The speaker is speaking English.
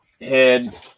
head